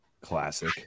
Classic